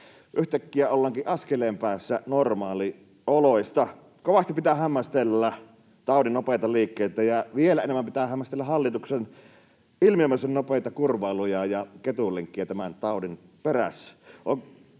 Yhtäkkiä ollaankin askeleen päässä normaalioloista. Kovasti pitää hämmästellä taudin nopeita liikkeitä, ja vielä enemmän pitää hämmästellä hallituksen ilmiömäisen nopeita kurvailuja ja ketunlenkkiä tämän taudin perässä.